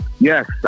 Yes